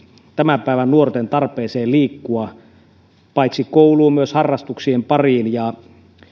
tämän päivän nuorten tarpeeseen liikkua paitsi kouluun myös harrastuksien pariin ja